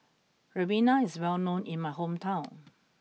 Ribena is well known in my hometown